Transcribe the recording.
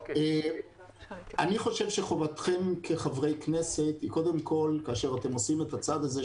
אני חושב שחובתכם כחברי כנסת היא קודם כל כאשר אתם עושים את הצעד הזה,